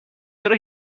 چرا